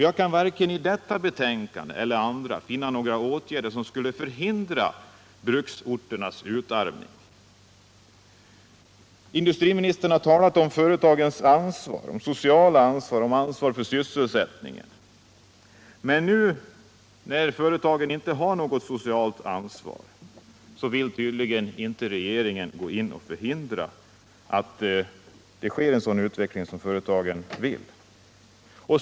Jag kan varken i detta betänkande eller i andra finna några åtgärder som skulle förhindra bruksorternas utarmning. Industriministern har talat om företagens sociala ansvar, om deras ansvar för sysselsättningen. Men när företagen nu inte har något socialt ansvar, vill tydligen inte regeringen gå in och förhindra att det blir en sådan utveckling som företagen vill ha.